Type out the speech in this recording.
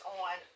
on